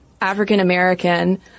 African-American